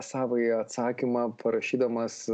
savąjį atsakymą parašydamas